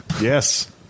Yes